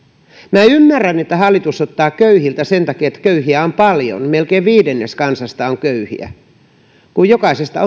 minä ymmärrän että hallitus ottaa köyhiltä sen takia että köyhiä on paljon melkein viidennes kansasta on köyhiä kun jokaiselta